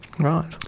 Right